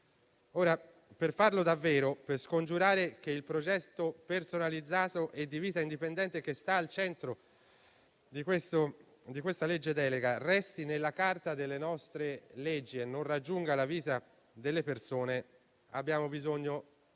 Per farlo davvero, per scongiurare che il progetto personalizzato e di vita indipendente, che sta al centro del disegno di legge delega al nostro esame, resti nella carta delle nostre leggi e non raggiunga la vita delle persone, avremo bisogno da